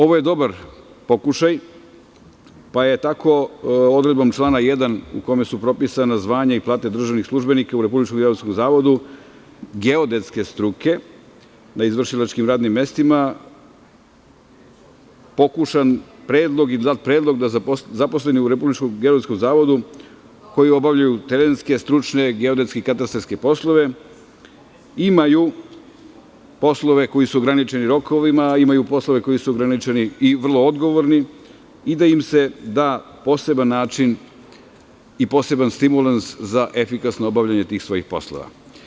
Ovo je dobar pokušaj, pa je tako odredbom člana 1, u kome su propisana zvanja i plate državnih službenika u RGZ geodetske struke na izvršilačkim radnim mestima, pokušan predlog i dat predlog da zaposleni u RGZ, koji obavljaju terenske, stručne, geodetske i katastarske poslove, imaju poslove koji su ograničeni rokovima, imaju poslove koji su ograničeni i vrlo odgovorni i da im se da poseban način i poseban stimulans za efikasno obavljanje tih svojih poslova.